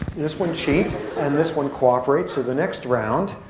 this one cheats and this one cooperates. so the next round,